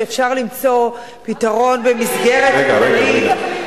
שאפשר למצוא פתרון במסגרת מינהלית,